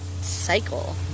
Cycle